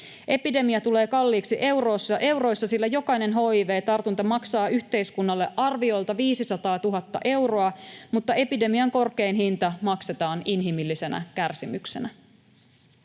Epidemia tulee kalliiksi euroissa, sillä jokainen hiv-tartunta maksaa yhteiskunnalle arviolta 500 000 euroa, mutta epidemian korkein hinta maksetaan inhimillisenä kärsimyksenä.